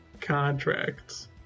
contracts